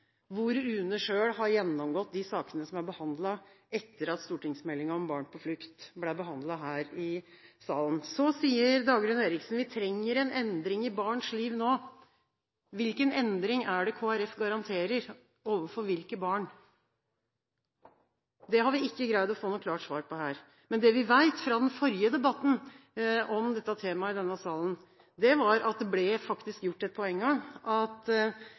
hvor UNE selv har gjennomgått de sakene som er behandlet etter at stortingsmeldingen om barn på flukt ble behandlet her i salen. Så sier Dagrun Eriksen: «Vi trenger en endring i barns liv nå.» Hvilken endring er det Kristelig Folkeparti garanterer, og overfor hvilke barn? Det har vi ikke greid å få noe klart svar på her. Men det vi vet fra den forrige debatten om dette temaet i denne salen, var at det ble gjort et poeng av at